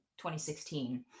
2016